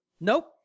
Nope